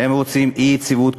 הם רוצים אי-יציבות קואליציונית,